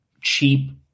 cheap